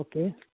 okay